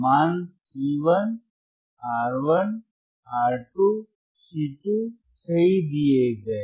मान C1 R1 R2 C2 सही दिए गए हैं